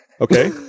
okay